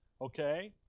Okay